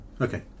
Okay